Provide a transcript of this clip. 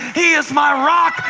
he is my rock.